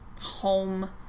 home